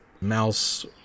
mouse